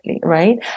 right